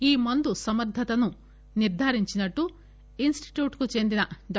ఈ మందు సమర్ధతను నిర్ధారించినట్లు ఇస్ స్టిట్యూట్ కు చెందిన డా